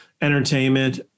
entertainment